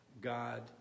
God